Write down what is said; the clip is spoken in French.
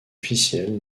officielle